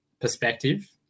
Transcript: perspective